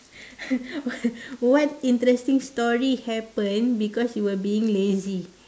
what interesting story happened because you were being lazy